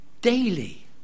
daily